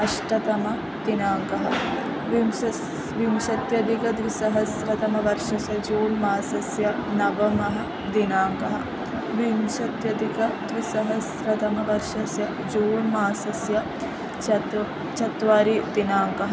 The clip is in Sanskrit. अष्टमदिनाङ्कः विंशस् विंशत्यधिक द्विसहस्रतमवर्षस्य जून् मासस्य नवमः दिनाङ्कः विंशत्यधिक द्विसहस्रतमवर्षस्य जून् मासस्य चतु चत्वारिदिनाङ्कः